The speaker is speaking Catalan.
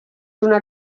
una